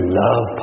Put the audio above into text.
love